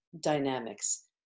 dynamics